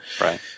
Right